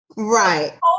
right